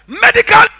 medical